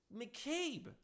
McCabe